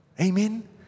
Amen